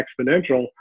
exponential